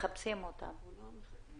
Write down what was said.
מהר מאוד הבנו